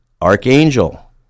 Archangel